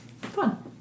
Fun